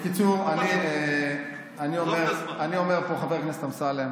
בקיצור, אני אומר פה, חבר הכנסת אמסלם,